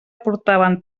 portaven